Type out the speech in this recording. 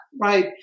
right